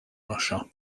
russia